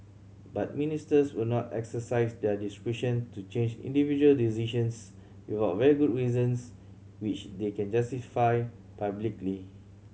but Ministers will not exercise their discretion to change individual decisions without very good reasons which they can justify publicly